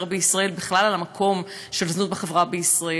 בישראל בכלל על המקום של זנות בחברה בישראל.